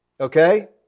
Okay